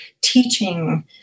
teaching